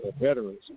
veterans